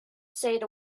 said